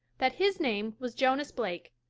that his name was jonas blake,